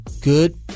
good